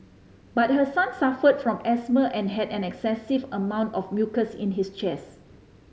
but her son suffered from asthma and had an excessive amount of mucus in his chest